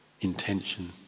intention